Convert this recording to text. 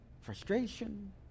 frustration